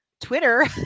Twitter